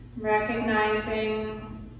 recognizing